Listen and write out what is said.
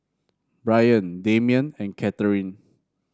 Bryan Damian and Katharine